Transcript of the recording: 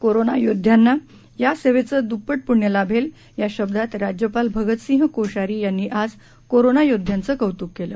corona योद्ध्यांना या सेवेचं द्प्पट पुण्य लाभेल या शब्दात राज्यपाल भगतसिंह कोश्यारी यांनी आज करोना योद्ध्यांच कौतुक केलं